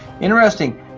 interesting